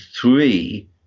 three